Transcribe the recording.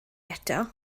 eto